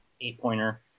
eight-pointer